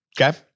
Okay